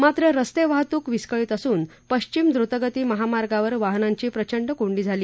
मात्र रस्ते वाहतूक विस्कळीत असून पश्चिम द्रतगती महामार्गावर वाहनांची प्रचंड कोंडी झाली